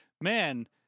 man